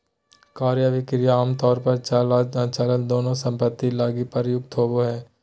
क्रय अभिक्रय आमतौर पर चल आर अचल दोनों सम्पत्ति लगी प्रयुक्त होबो हय